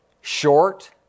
Short